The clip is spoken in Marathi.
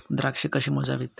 द्राक्षे कशी मोजावीत?